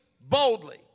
boldly